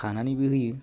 खानानैबो होयो